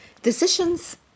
Decisions